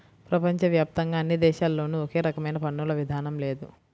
ప్రపంచ వ్యాప్తంగా అన్ని దేశాల్లోనూ ఒకే రకమైన పన్నుల విధానం లేదు